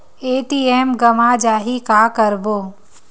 ATM गवां जाहि का करबो?